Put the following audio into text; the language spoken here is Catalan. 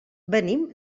venim